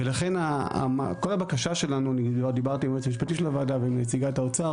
אני כבר דיברתי עם היועץ המשפטי של הוועדה ועם נציגת האוצר,